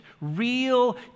real